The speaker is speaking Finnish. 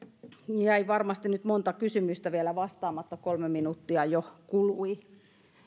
jäi varmasti nyt monta kysymystä vielä vastaamatta kolme minuuttia jo kului